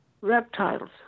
reptiles